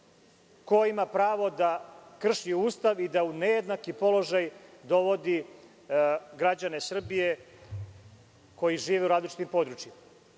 ima pravo da krši Ustav i da u nejednaki položaj dovodi građane Srbije koji žive u različitim područjima?